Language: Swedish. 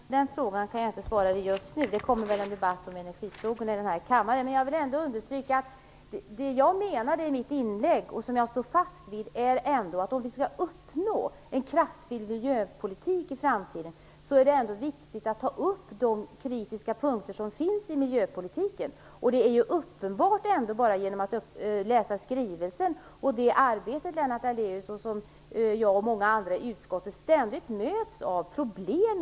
Fru talman! Ja, Lennart Daléus, vi tycker mycket gemensamt. Men den frågan kan jag inte svara på just nu. Det kommer väl en debatt om energifrågorna i denna kammare. Jag vill ändå understryka att det jag menade i mitt inlägg, och det jag står fast vid, är att det är viktigt att ta upp de kritiska punkter som finns i miljöpolitiken om vi skall uppnå en kraftfull miljöpolitik i framtiden. Det blir genom att läsa skrivelsen uppenbart att det finns problem i miljöpolitiken. Jag och många andra i utskottet möts ständigt av det.